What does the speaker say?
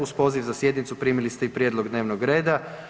Uz poziv za sjednicu primili ste i prijedlog dnevnog reda.